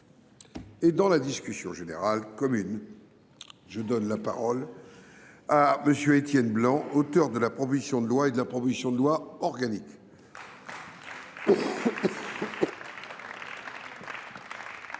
Dans la discussion générale commune, la parole est à M. Étienne Blanc, auteur de la proposition de loi et de la proposition de loi organique. Monsieur